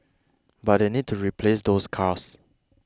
but they need to replace those cars